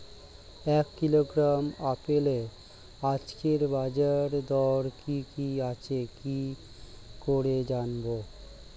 এক কিলোগ্রাম আপেলের আজকের বাজার দর কি কি আছে কি করে জানবো?